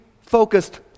focused